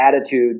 attitude